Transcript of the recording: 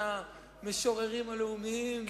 מחייבים מינוי בתוך פרק זמן מסוים?